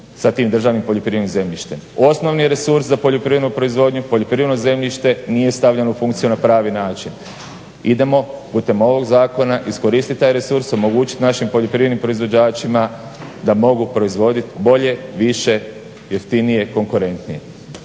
sa tim državnim poljoprivrednim zemljištem. Osnovni resurs za poljoprivrednu proizvodnju, poljoprivredno zemljište nije stavljeno u funkciju na pravi način. Idemo putem ovog zakona iskoristiti taj resurs, omogućiti našim poljoprivrednim proizvođačima da mogu proizvoditi bolje, više, jeftinije, konkurentnije.